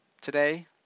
today